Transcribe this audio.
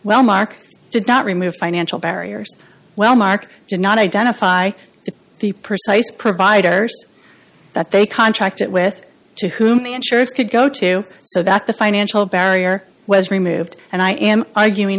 well mark did not remove financial barriers well mark did not identify the persuasive providers that they contracted with to whom the insurance could go to so that the financial barrier was removed and i am arguing